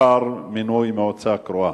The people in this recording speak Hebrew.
לאחר מינוי מועצה קרואה?